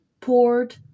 poured